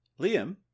Liam